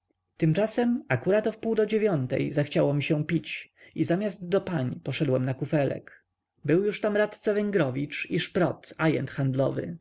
tymczasem akurat o wpół do dziewiątej zachciało mi się pić i zamiast do pań poszedłem na kufelek był już tam radca węgrowicz i szprot ajent handlowy